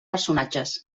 personatges